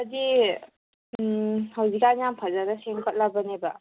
ꯍꯥꯏꯗꯤ ꯍꯧꯖꯤꯛ ꯀꯥꯟ ꯌꯥꯝ ꯐꯖꯅ ꯁꯦꯝꯒꯠꯂꯕꯅꯦꯕ